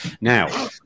now